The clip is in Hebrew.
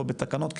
או בתקנות,